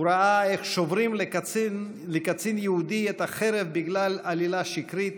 הוא ראה איך שוברים לקצין יהודי את החרב בגלל עלילה שקרית